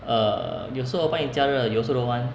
err 有时候我帮你加热 you also don't want